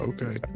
Okay